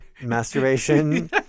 masturbation